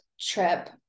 trip